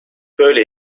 böyle